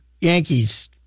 Yankees